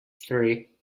three